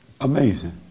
Amazing